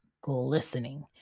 glistening